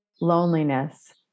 loneliness